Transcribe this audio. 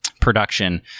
production